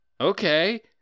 okay